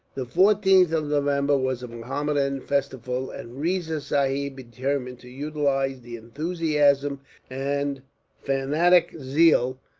the fourteenth of november was a mohammedan festival, and riza sahib determined to utilize the enthusiasm and fanatic zeal,